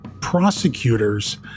Prosecutors